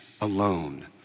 alone